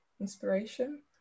inspiration